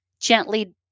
gently